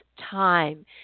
time